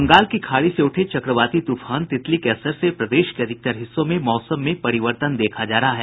बंगाल की खाड़ी से उठे चक्रवाती तूफान तितली के असर से प्रदेश के अधिकतर हिस्सों में मौसम में परिवर्तन देखा जा रहा है